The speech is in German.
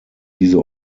diese